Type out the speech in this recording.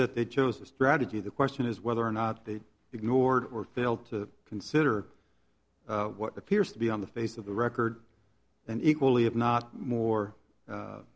that they chose a strategy the question is whether or not they ignored or failed to consider what appears to be on the face of the record an equally if not more